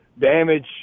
damage